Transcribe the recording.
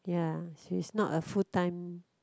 ya she's not a full time